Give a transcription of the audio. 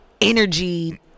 energy